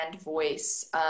voice